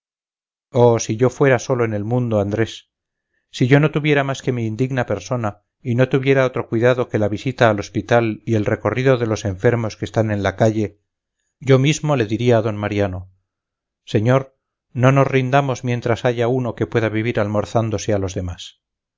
oh si yo fuera solo en el mundo andrés si yo no tuviera más que mi indigna persona si no tuviera otro cuidado que la visita al hospital y el recorrido de los enfermos que están en la calle yo mismo le diría a d mariano señor no nos rindamos mientras haya uno que pueda vivir almorzándose a los demás